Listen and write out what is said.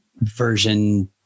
version